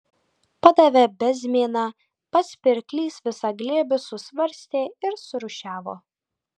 padavė bezmėną pats pirklys visą glėbį susvarstė ir surūšiavo